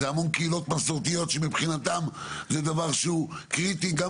זה המון קהילות מסורתיות שמבחינתם זה דבר שהוא קריטי גם